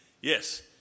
Yes